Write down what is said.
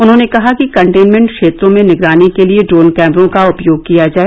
उन्होंने कहा कि कन्टेनमेन्ट क्षेत्रों में निगरानी के लिए ड्रोन कैमरों का उपयोग किया जाए